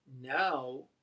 Now